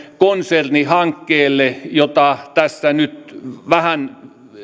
konsernihankkeelle jota tässä nyt vähän